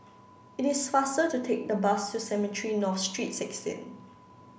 it is faster to take the bus to Cemetry North Street sixteen